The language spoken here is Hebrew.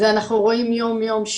זה אנחנו רואים יום-יום,